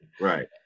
Right